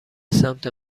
سمت